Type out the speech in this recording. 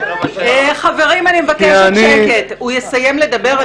חברים, אני מבקשת שקט, הוא יסיים לדבר.